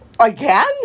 Again